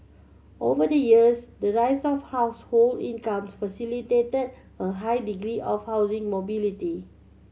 over the years the rise of household incomes facilitated a high degree of housing mobility